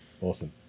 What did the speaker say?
Awesome